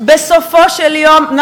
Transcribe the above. אבל אין דבר כזה סטטוס-קוו, תמר.